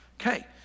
Okay